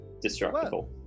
destructible